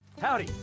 Howdy